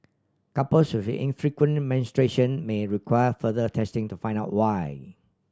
couples with infrequent menstruation may require further testing to find out why